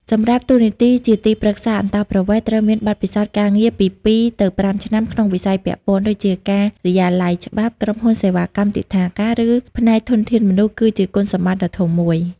សម្រាប់តួនាទីជាទីប្រឹក្សាអន្តោប្រវេសន៍ ត្រូវមានបទពិសោធន៍ការងារពី ២ទៅ៥ ឆ្នាំក្នុងវិស័យពាក់ព័ន្ធ ដូចជាការិយាល័យច្បាប់ ក្រុមហ៊ុនសេវាកម្មទិដ្ឋាការ ឬផ្នែកធនធានមនុស្ស គឺជាគុណសម្បត្តិដ៏ធំមួយ។